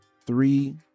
three